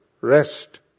rest